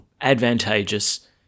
advantageous